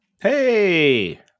hey